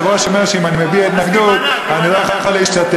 היושב-ראש אומר שאם אני מביע התנגדות אני לא יכול להשתתף.